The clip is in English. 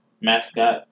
Mascot